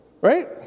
right